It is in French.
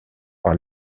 par